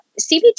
CBT